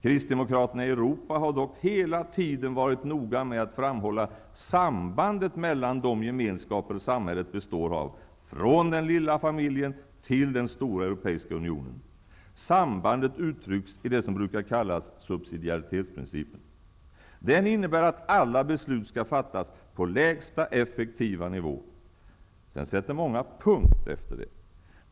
Kristdemokraterna i Europa har dock hela tiden varit noga med att framhålla sambandet mellan de gemenskaper samhället består av, från den lilla familjen till den stora europeiska unionen. Sambandet uttrycks i det som brukar kallas subsidiaritetsprincipen. Den innebär att alla beslut skall fattas på lägsta effektiva nivå. Där sätter många punkt.